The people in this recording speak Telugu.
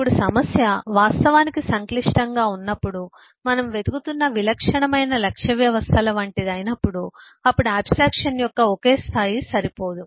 ఇప్పుడు సమస్య వాస్తవానికి సంక్లిష్టంగా ఉన్నప్పుడు మనం వెతుకుతున్న విలక్షణమైన లక్ష్య వ్యవస్థల వంటిది అయినప్పుడు అప్పుడు ఆబ్స్ట్రాక్షన్ యొక్క ఒకే స్థాయి సరిపోదు